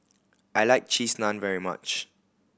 I like Cheese Naan very much